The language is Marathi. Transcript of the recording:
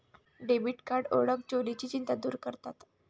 डेबिट कार्ड ओळख चोरीची चिंता दूर करतात